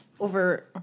Over